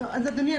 אדוני,